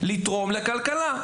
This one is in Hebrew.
לתרום לכלכלה.